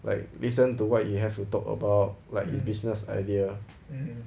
like listen to what you have to talk about like his business idea